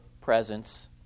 presence